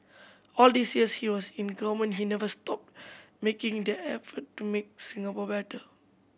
all these years he was in government he never stopped making the effort to make Singapore better